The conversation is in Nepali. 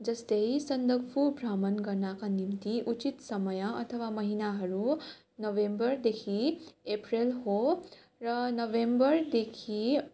जस्तै सन्दकपू भ्रमण गर्नका निम्ति उचित समय अथवा महिनाहरू हो नोभेम्बरदेखि अप्रेल हो र नोभेम्बरदेखि